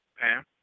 Pam